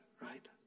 Right